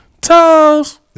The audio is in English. Toes